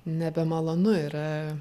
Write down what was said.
nebemalonu yra